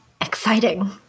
Exciting